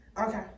okay